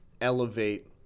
elevate